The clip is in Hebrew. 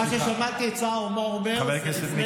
מה ששמעתי את שר האוצר אומר זה לפני שנה.